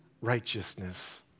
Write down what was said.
righteousness